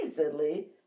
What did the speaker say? easily